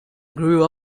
grew